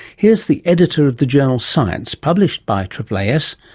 here is the editor of the journal science, published by aaas,